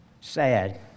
sad